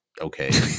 Okay